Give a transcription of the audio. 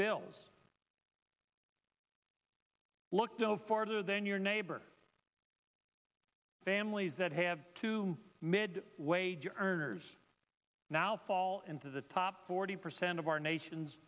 bills look no farther than your neighbor families that have two mid wage earners now fall into the top forty percent of our nation